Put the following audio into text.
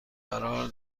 قرار